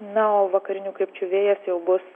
na o vakarinių krypčių vėjas jau bus